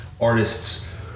artists